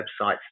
websites